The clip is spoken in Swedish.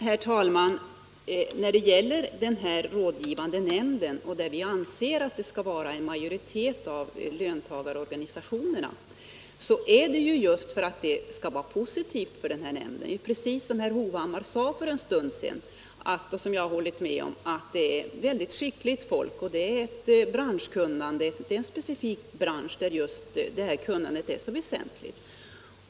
Herr talman! Vi anser att löntagarorganisationerna skall ha majoritet i den rådgivande nämnden, och det ser vi som positivt för nämnden. Preeis som herr Hovhammar sade för en stund sedan är det här en specifik bransch med väldigt skickligt folk, vars branschkunnande är väsentligt.